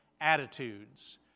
attitudes